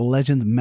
Legend